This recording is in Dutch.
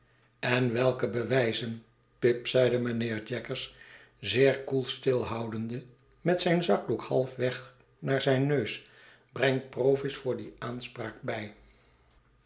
en welke bewijzen pip zeide mijnheer jaggers zeer koel stilhoudende met zijn zakdoek halfweg naar zijn neus brengt provis voor die aanspraak bij